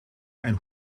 ein